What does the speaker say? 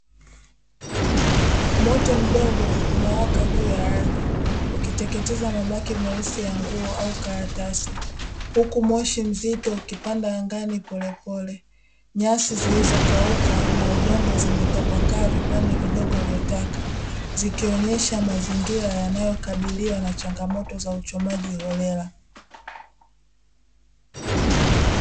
Moto mdogo unawaka juu ya ardhi ukiteketeza mabaki meusi ya nguo au karatasi, huku moshi mzito ukipanda angani polepole. Nyasi zilizokauka na udongo zimetapakaa vipande vidogo vya taka zikionyesha mazingira yanayokabiliwa na changamoto za uchomaji holela.